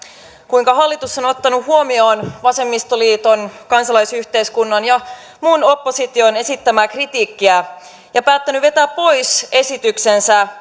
kuinka hallitus on ottanut huomioon vasemmistoliiton kansalaisyhteiskunnan ja muun opposition esittämää kritiikkiä ja päättänyt vetää pois esityksensä